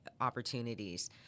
opportunities